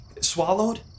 swallowed